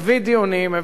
ויש לו מה לומר.